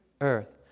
Earth